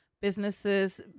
Businesses